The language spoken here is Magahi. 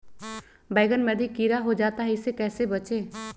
बैंगन में अधिक कीड़ा हो जाता हैं इससे कैसे बचे?